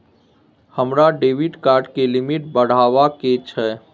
हमरा debit card के limit बढावा के छै